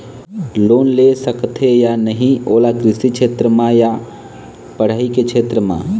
Loan ले सकथे या नहीं ओला कृषि क्षेत्र मा या पढ़ई के क्षेत्र मा?